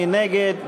מי נגד?